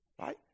Right